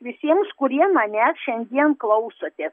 visiems kurie manęs šiandien klausotės